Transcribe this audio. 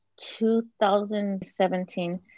2017